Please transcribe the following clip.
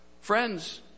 Friends